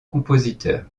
compositeur